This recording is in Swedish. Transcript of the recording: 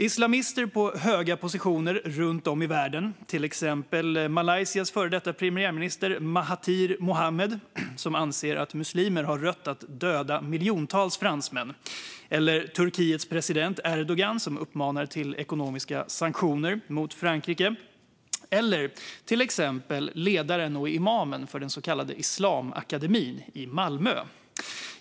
Islamister på höga positioner runt om i världen har i stället valt att fördöma Macron, till exempel Malaysias före detta premiärminister Mahathir bin Mohamad, som anser att muslimer har rätt att döda miljontals fransmän, Turkiets president Erdogan, som uppmanar till ekonomiska sanktioner mot Frankrike, eller imamen och ledaren för den så kallade för Islamakademin i Malmö.